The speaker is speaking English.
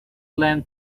them